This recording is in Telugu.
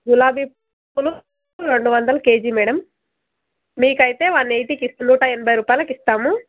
గులాబీ పూలు రెండు వందలు కే జీ మ్యాడమ్ మీకైతే వన్ ఎయిటీకి నూట ఎనభై రూపాయలకి ఇస్తాము